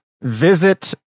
Visit